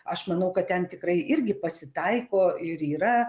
aš manau kad ten tikrai irgi pasitaiko ir yra